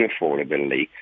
unaffordability